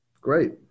Great